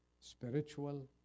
spiritual